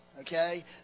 okay